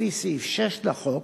לפי סעיף 6 לחוק,